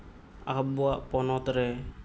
ᱟᱵᱚᱣᱟᱜ ᱯᱚᱱᱚᱛ ᱨᱮ